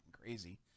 crazy